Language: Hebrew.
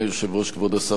חברות וחברי הכנסת,